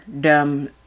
dumb